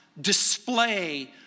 Display